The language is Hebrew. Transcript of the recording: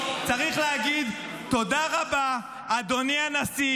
בשביל לא להגיד תודה למי שהציל אותנו?